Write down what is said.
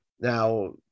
Now